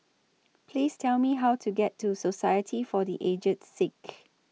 Please Tell Me How to get to Society For The Aged Sick